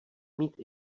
mít